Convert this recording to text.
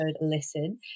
listen